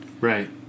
Right